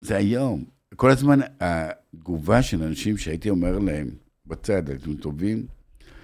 זה היום, כל הזמן התגובה של אנשים שהייתי אומר להם בצד הייתם טובים.